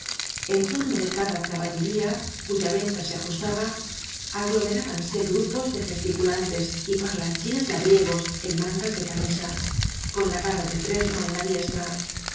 en torno de cada caballería cuya venta se ajus taba aglomerábanse grupos de gesticulantes y parlanchines labriegos en mangas de camisa con la vara de fresno en la diestra